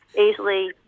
easily